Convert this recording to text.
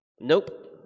nope